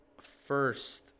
first